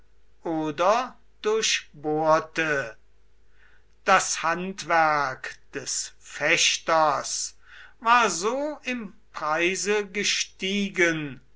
oder durchbohrte das handwerk des fechters war so im preise gestiegen